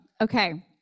okay